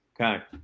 Okay